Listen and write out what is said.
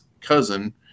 cousin